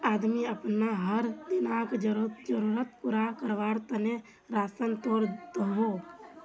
आदमी अपना हर दिन्कार ज़रुरत पूरा कारवार तने राशान तोड़े दोहों